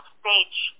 stage